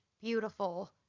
beautiful